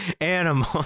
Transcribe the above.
animal